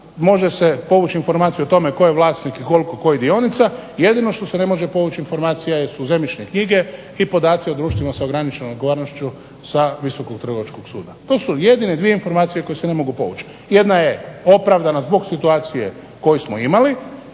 može se povući informacija o tome tko je vlasnik i koliko kojih dionica. Jedino što se ne može povući informacija su zemljišne knjige i podaci o društvima sa ograničenom odgovornošću sa Visokog trgovačkog suda. To su jedine dvije informacije koje se ne mogu povući. Jedna je opravdanost zbog situacije koju smo imali,